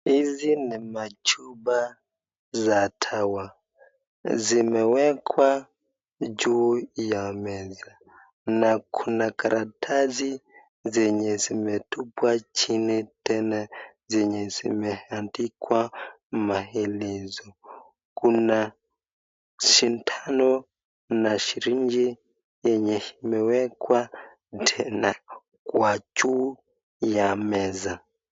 Hizi ni machupa la dawa. Zmewekwa juu ya meza na kuna karatasi zenye zimetupwa jini tena zenye zimeandikwa maelezo. Kuna sindano na sirinji yenye imewekwa kwa juu ya meza.